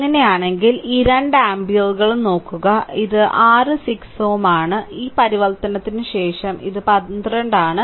അങ്ങനെയാണെങ്കിൽ ഈ രണ്ട് ആമ്പിയറുകളും നോക്കുക ഇത് r 6Ω ആണ് ഈ പരിവർത്തനത്തിന് ശേഷം ഇത് 12 ആണ്